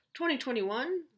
2021